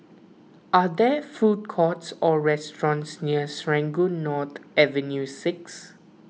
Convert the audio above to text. are there food courts or restaurants near Serangoon North Avenue six